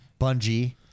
Bungie